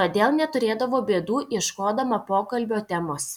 todėl neturėdavo bėdų ieškodama pokalbio temos